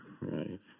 right